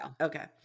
Okay